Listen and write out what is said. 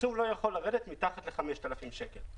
הצמצום לא יכול לרדת מתחת ל-5,000 שקלים.